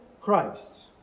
Christ